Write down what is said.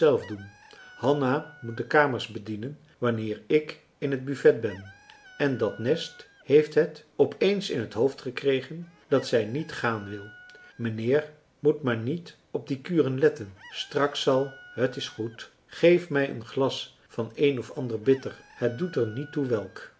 hanna moet de kamers bedienen wanneer ik in het buffet ben en dat nest heeft het op eens in t hoofd gekregen dat zij niet gaan wil mijnheer moet maar niet op die kuren letten straks zal t is goed geef mij een glas van een of ander bitter het doet er niet toe welk